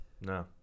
No